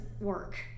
work